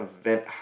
event